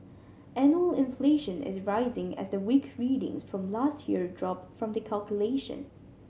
annual inflation is rising as the weak readings from last year drop from the calculation